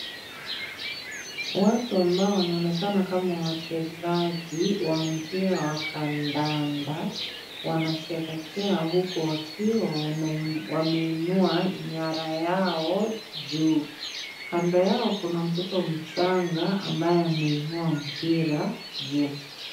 Watu ambao wanaonekana kama wachezaji wa mpira wa kandanda, wanasherekea huku wakiwa wana, wameinua nyara yao juu. Kando yao kuna mtoto mchanga ambaye ameinua mpira juu.